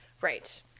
right